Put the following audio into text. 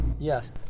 Yes